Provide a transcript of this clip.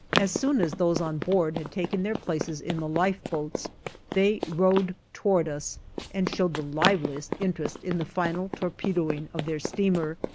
as soon as those on board had taken their places in the lifeboats they rowed towards us and showed the liveliest interest in the final torpedoing of their steamer.